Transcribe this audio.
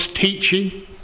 teaching